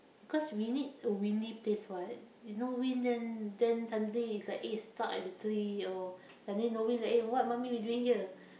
cause we need a windy place what if no wind then then suddenly it's like eh stucked at the tree or suddenly no wind like eh what mummy we doing here